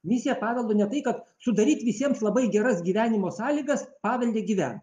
misija paveldo ne tai kad sudaryt visiems labai geras gyvenimo sąlygas pavelde gyvent